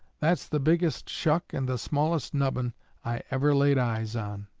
that's the biggest shuck and the smallest nubbin i ever laid eyes on